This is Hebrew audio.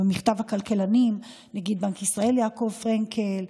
במכתב הכלכלנים: נגיד בנק ישראל יעקב פרנקל,